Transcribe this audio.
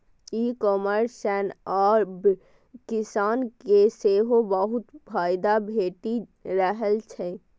ई commerce सं आब किसान के सेहो बहुत फायदा भेटि रहल छै